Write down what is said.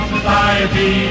Society